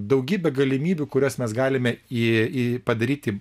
daugybė galimybių kurias mes galime į į padaryti